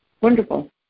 wonderful